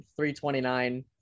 329